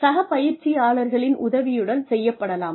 சக பயிற்சியாளர்களின் உதவியுடன் செய்யப்படலாம்